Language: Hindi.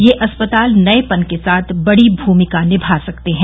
ये अस्पताल नएपन के साथ बड़ी भूमिका निभा सकते हैं